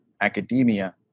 academia